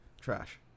Trash